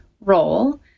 role